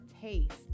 taste